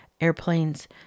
airplanes